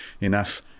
enough